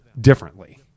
differently